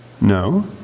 No